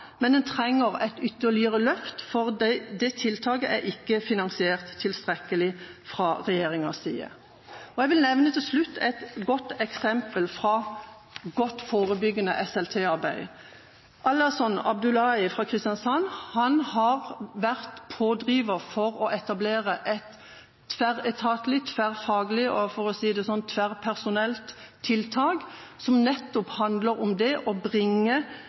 men en trenger et ytterligere løft fordi det tiltaket ikke er finansiert tilstrekkelig fra regjeringas side. Jeg vil til slutt nevne et godt eksempel fra godt forebyggende SLT-arbeid. Alason Abdullahi fra Kristiansand har vært pådriver for å etablere et tverretatlig, tverrfaglig og tverrpersonelt tiltak, som nettopp handler om det å bringe